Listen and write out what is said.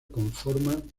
conforman